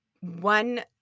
One